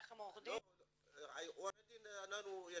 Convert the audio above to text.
לא הכרנו את עורך הדין.